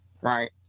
right